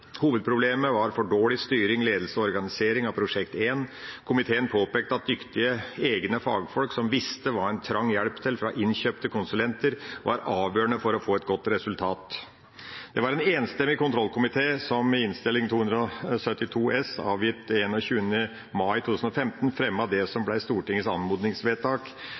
Hovedproblemet var for dårlig styring, ledelse og organisering av Prosjekt 1. Komiteen påpekte at egne dyktige fagfolk, som visste hva en trengte hjelp til fra innkjøpte konsulenter, var avgjørende for å få et godt resultat. Det var en enstemmig kontrollkomité som i Innst. 272 S for 2014–2015, avgitt 21. mai i 2015, fremmet det som ble Stortingets anmodningsvedtak